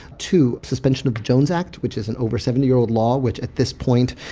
two suspension of the jones act, which is an over seventy year old law which, at this point,